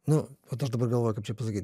nu vat aš dabar galvoju kaip čia pasakyt